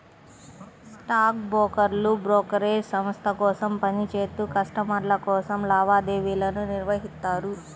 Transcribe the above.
stock బ్రోకర్లు brokerage సంస్థ కోసం పని చేత్తూ కస్టమర్ల కోసం లావాదేవీలను నిర్వహిత్తారు